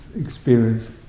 experience